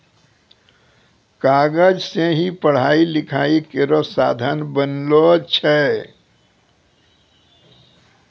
कागज सें ही पढ़ाई लिखाई केरो साधन बनलो छै